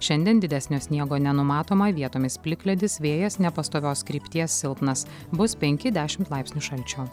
šiandien didesnio sniego nenumatoma vietomis plikledis vėjas nepastovios krypties silpnas bus penki dešimt laipsnių šalčio